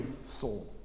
soul